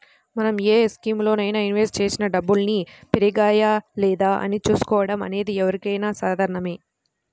మనం ఏ స్కీములోనైనా ఇన్వెస్ట్ చేసిన డబ్బుల్ని పెరిగాయా లేదా అని చూసుకోవడం అనేది ఎవరికైనా సాధారణమే